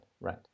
right